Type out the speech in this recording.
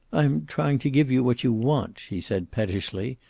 i am trying to give you what you want, she said pettishly.